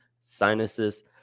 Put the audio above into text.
sinuses